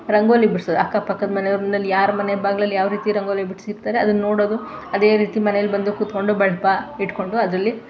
ರಂಗೋಲಿ ಬಿಡಿಸೋದು ಅಕ್ಕಪಕ್ಕದ ಮನೆಯವ್ರಲ್ಲಿ ಯಾರು ಮನೆ ಬಾಗಿಲಲ್ಲಿ ಯಾವ ರೀತಿ ರಂಗೋಲಿ ಬಿಡಿಸಿರ್ತಾರೆ ಅದನ್ನು ನೋಡೋದು ಅದೇ ರೀತಿ ಮನೆಯಲ್ಲಿ ಬಂದು ಕೂತ್ಕೊಂಡು ಬಳಪ ಹಿಡ್ಕೊಂಡು ಅದರಲ್ಲಿ